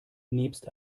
nebst